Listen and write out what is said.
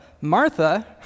Martha